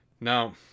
Now